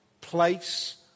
place